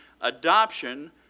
adoption